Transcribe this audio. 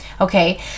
Okay